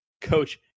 Coach